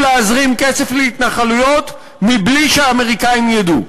להזרים כסף להתנחלויות מבלי שהאמריקנים ידעו,